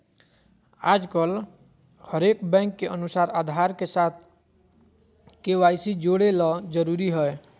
आजकल हरेक बैंक के अनुसार आधार के साथ के.वाई.सी जोड़े ल जरूरी हय